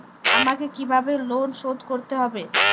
আমাকে কিভাবে লোন শোধ করতে হবে?